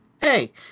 hey